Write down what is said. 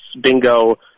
bingo